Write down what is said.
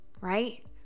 right